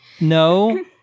no